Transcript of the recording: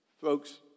Folks